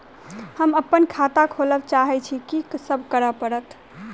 हम अप्पन खाता खोलब चाहै छी की सब करऽ पड़त?